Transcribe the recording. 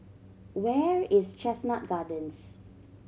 where is Chestnut Gardens